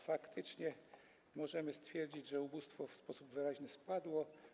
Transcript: Faktycznie możemy stwierdzić, że ubóstwo w sposób wyraźny spadło.